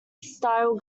style